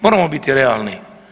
Moramo biti realni.